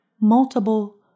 multiple